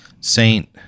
saint